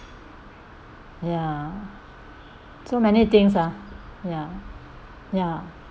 ya so many things ah ya ya